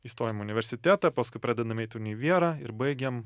įstojam į universitetą paskui pradedam eit į univiera ir baigiam